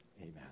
Amen